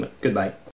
Goodbye